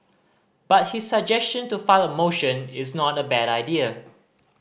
but his suggestion to file a motion is not a bad idea